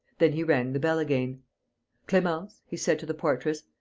then he rang the bell again clemence, he said, to the portress,